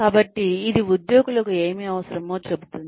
కాబట్టి ఇది ఉద్యోగులకు ఏమి అవసరమో చెబుతుంది